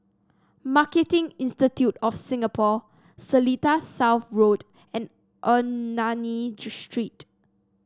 Marketing Institute of Singapore Seletar South Road and Ernani Street